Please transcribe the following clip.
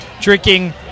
drinking